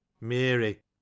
Mary